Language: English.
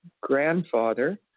grandfather